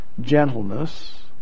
gentleness